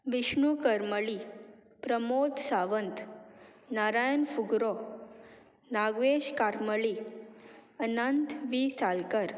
Vishnu Karmali Pramod Sawant Narayan Phugro Nagesh Karmali Anant V Salkar